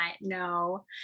No